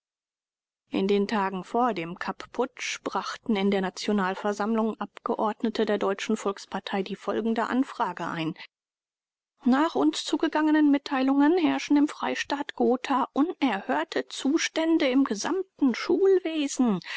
in den tagen vor dem kapp-putsch brachten in der nationalversammlung abgeordnete der deutschen volkspartei die folgende anfrage ein nach uns zugegangenen mitteilungen herrschen im freistaat gotha unerhörte zustände im gesamten schulwesen